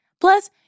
Plus